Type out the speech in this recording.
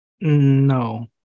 No